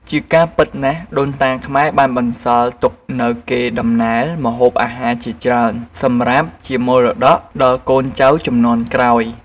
ជាការពិតណាស់ដូនតាខ្មែរបានបន្សល់ទុកនូវកេរដំណែលម្ហូបអាហារជាច្រើន សម្រាប់ជាមរតកដល់កូនចៅជំនាន់ក្រោយ។